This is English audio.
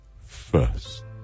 first